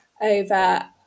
Over